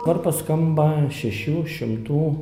varpas skamba šešių šimtų